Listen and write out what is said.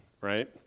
right